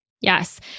Yes